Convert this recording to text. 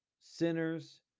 sinners